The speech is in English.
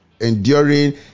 Enduring